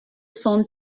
son